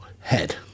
head